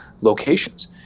locations